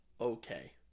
okay